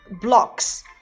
blocks